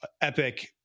epic